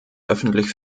öffentlich